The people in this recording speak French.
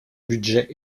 budget